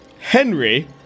Henry